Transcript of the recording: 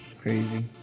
crazy